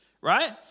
right